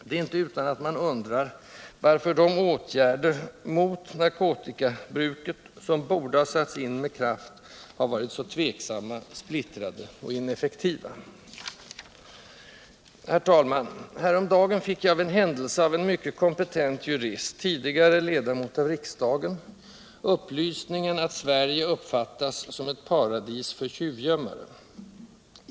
Det är inte utan att man undrar varför de åtgärder mot narkotikabruket, som borde ha satts in med kraft, har varit så tveksamma, splittrade och ineffektiva. Herr talman! Häromdagen fick jag av en händelse av en mycket kompetent jurist — tidigare ledamot av riksdagen — upplysningen att Sverige uppfattas som ett paradis för tjuvgömmare.